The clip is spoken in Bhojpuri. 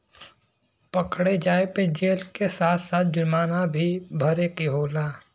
पकड़े जाये पे जेल के साथ साथ जुरमाना भी भरे के होला